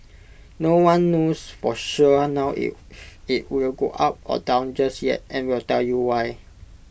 no one knows for sure now if IT will go up or down just yet and we'll tell you why